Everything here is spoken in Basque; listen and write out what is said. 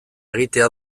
egitea